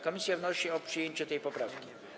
Komisja wnosi o przyjęcie tej poprawki.